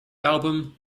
album